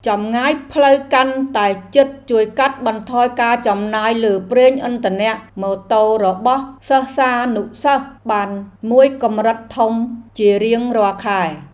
ចម្ងាយផ្លូវកាន់តែជិតជួយកាត់បន្ថយការចំណាយលើប្រេងឥន្ធនៈម៉ូតូរបស់សិស្សានុសិស្សបានមួយកម្រិតធំជារៀងរាល់ខែ។